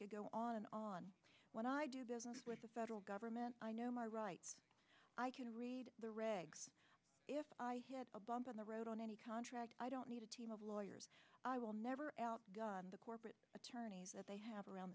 could go on and on when i do business with the federal government i know my rights i can read the regs if i hit a bump in the road on any contract i don't need a team of lawyers i will never done the corporate attorneys that they have around